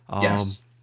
Yes